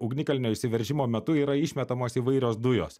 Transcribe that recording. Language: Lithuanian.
ugnikalnio išsiveržimo metu yra išmetamos įvairios dujos